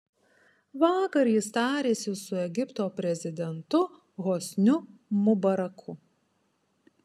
vakar jis tarėsi su egipto prezidentu hosniu mubaraku